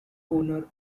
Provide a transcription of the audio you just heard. owner